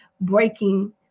breaking